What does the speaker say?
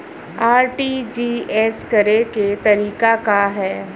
RTGS करे के तरीका का हैं?